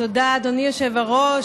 תודה, אדוני היושב-ראש.